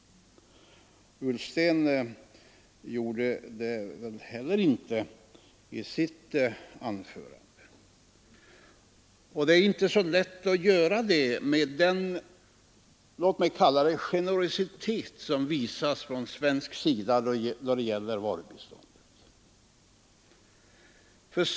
Inte heller herr Ullsten gjorde det i sitt anförande. Det är inte så lätt att göra det med den, låt mig kalla det generositet, som visas från svensk sida då det gäller varubiståndet.